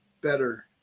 better